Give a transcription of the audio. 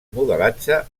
modelatge